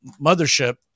mothership